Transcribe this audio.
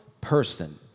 person